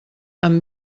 amb